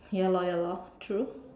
ya lor ya lor true